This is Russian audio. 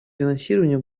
финансирования